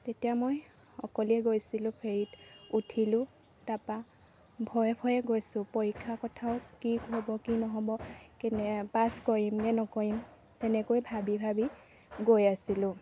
তেতিয়া মই অকলে গৈছিলোঁ ফেৰিত উঠিলোঁ তাপা ভয়ে ভয়ে গৈছোঁ পৰীক্ষা কথাও কি হ'ব কি নহ'ব কেনে পাছ কৰিম নে নকৰিম তেনেকৈ ভাবি ভাবি গৈ আছিলোঁ